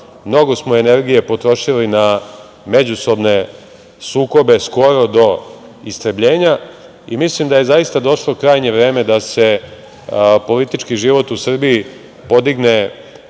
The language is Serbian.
Mnogo smo energije potrošili na međusobne sukobe, skoro do istrebljenja. Mislim da je zaista došlo krajnje vreme da se politički život u Srbiji podigne